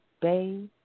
Bay